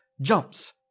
jumps